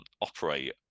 operate